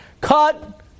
Cut